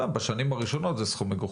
בשנים הראשונות זה סכום מגוחך,